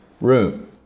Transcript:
room